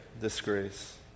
disgrace